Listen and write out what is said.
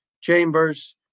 Chambers